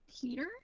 Peter